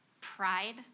pride